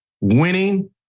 winning